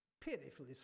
pitifully